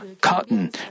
cotton